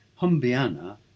Humbiana